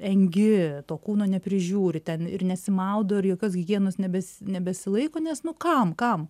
engi to kūno neprižiūri ten ir nesimaudo ir jokios higienos nebesi nebesilaiko nes nu kam kam